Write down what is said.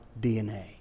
dna